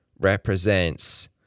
represents